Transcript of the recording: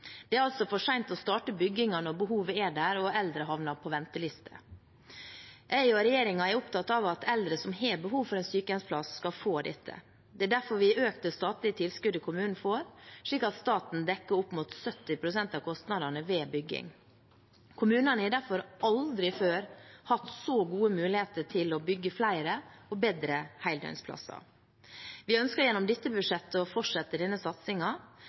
Det er altså for sent å starte byggingen når behovet er der og eldre havner på venteliste. Jeg og regjeringen er opptatt av at eldre som har behov for en sykehjemsplass, skal få dette. Det er derfor vi har økt det statlige tilskuddet kommunen får, slik at staten dekker opp mot 70 pst. av kostnadene ved bygging. Kommunene har derfor aldri før hatt så gode muligheter til å bygge flere og bedre heldøgnsplasser. Vi ønsker gjennom dette budsjettet å